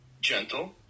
gentle